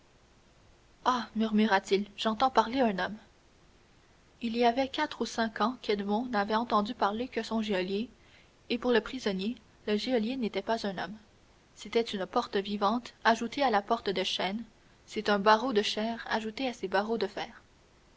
ah murmura-t-il j'entends parler un homme il y avait quatre ou cinq ans qu'edmond n'avait entendu parler que son geôlier et pour le prisonnier le geôlier n'est pas un homme c'est une porte vivante ajoutée à sa porte de chêne c'est un barreau de chair ajouté à ses barreaux de fer